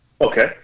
Okay